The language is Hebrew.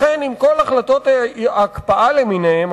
לכן עם כל החלטות ההקפאה למיניהן,